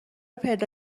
پیدا